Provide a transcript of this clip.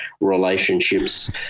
relationships